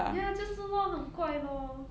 ya 就是 lor 很怪 lor